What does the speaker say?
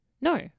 No